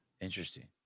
Interesting